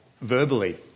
verbally